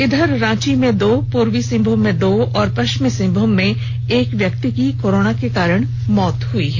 इधर रांची में दो पूर्वी सिंहभूम दो और पश्चिमी सिंहभूम में एक व्यक्ति की कोरोना के कारण मौत हुई है